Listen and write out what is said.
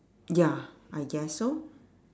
ya I guess so